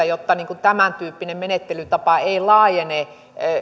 jotta tämän tyyppinen menettelytapa ei laajene